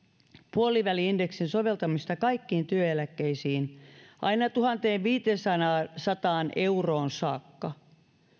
puoliväli indeksin soveltamista kaikkiin työeläkkeisiin aina tuhanteenviiteensataan euroon saakka